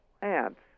plants